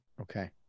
okay